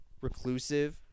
reclusive